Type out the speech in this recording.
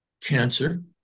cancer